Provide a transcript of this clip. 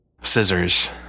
Scissors